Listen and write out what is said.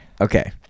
Okay